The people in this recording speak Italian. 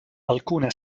alcune